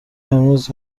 امروز